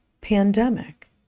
pandemic